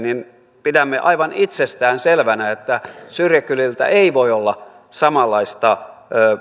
pidämme aivan itsestäänselvänä että syrjäkyliltä ei voi olla samanlaista